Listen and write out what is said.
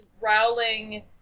Rowling